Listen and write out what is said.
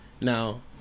Now